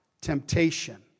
temptation